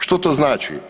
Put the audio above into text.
Što to znači?